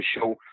show